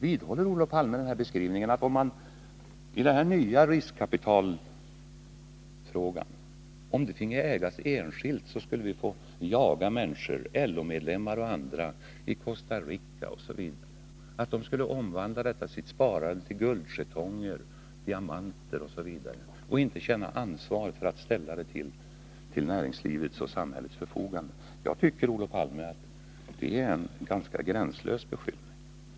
Vidhåller Olof Palme beskrivningen i den nya riskkapitalfrågan att om det blir ett enskilt ägande så skulle vi få jaga människor — LO-medlemmar och andra — i Costa Rica och på andra platser, att de skulle omvandla detta sitt sparande till guldjetonger, diamanter o. d. och inte känna ansvar för att ställa det till näringslivets och samhällets förfogande? Jag tycker, Olof Palme, att det är en ganska gränslös beskyllning.